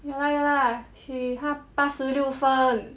ya lah ya lah she 她八十六分